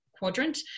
quadrant